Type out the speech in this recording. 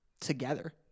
Together